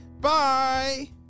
Bye